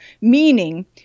Meaning